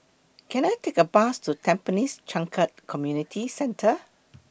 Can I Take A Bus to Tampines Changkat Community Centre